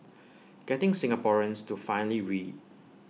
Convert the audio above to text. getting Singaporeans to finally read